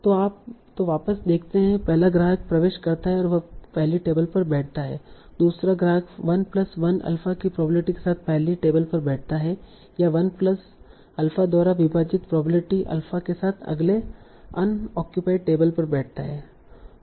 तो वापस देकते है पहला ग्राहक प्रवेश करता है और पहली टेबल पर बैठता है दूसरा ग्राहक 1 प्लस 1 अल्फा की प्रोबेबिलिटी के साथ पहली टेबल पर बैठता है या 1 प्लस अल्फा द्वारा विभाजित प्रोबेबिलिटी अल्फा के साथ अगले अनओक्यूपाईड टेबल पर बैठता है